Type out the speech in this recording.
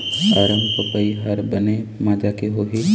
अरमपपई हर बने माजा के होही?